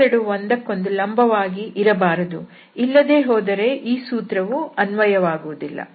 ಇವೆರಡು ಒಂದಕ್ಕೊಂದು ಲಂಬವಾಗಿ ಇರಬಾರದು ಇಲ್ಲದೆ ಹೋದರೆ ಈ ಸೂತ್ರವು ಅನ್ವಯವಾಗುವುದಿಲ್ಲ